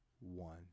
one